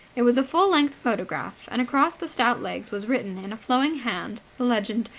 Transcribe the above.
it was a full-length photograph and across the stout legs was written in a flowing hand the legend,